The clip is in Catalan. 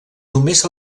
només